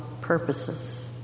purposes